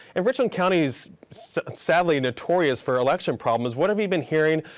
and richland county is sadly notorious for election problems. what have you been hearing?